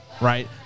right